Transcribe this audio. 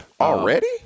Already